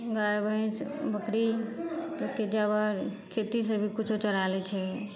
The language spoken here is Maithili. गाय भैंस बकरी घरके जेबर खिड़की से भी किछु चोरा लै छै